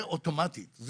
זה אוטומטית.